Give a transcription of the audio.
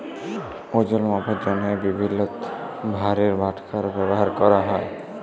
ওজল মাপার জ্যনহে বিভিল্ল্য ভারের বাটখারা ব্যাভার ক্যরা হ্যয়